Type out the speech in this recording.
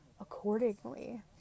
accordingly